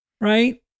Right